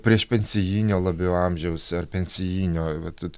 priešpensinio labiau amžiaus ar pensinio bet